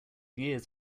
years